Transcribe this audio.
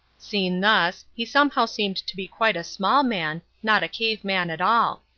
seen thus, he somehow seemed to be quite a small man, not a cave man at all.